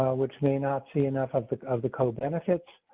which may not see enough of of the kind of benefits.